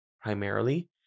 primarily